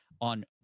on